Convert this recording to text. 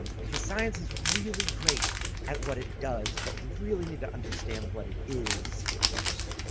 and because science is really great at what it does, but we really need to understand what it is first.